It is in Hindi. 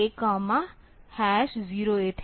तो ANL A 08hex